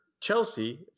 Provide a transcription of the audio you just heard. Chelsea